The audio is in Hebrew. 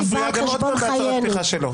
עכשיו את מפריעה באמצע הצהרת פתיחה שלו.